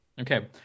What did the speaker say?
Okay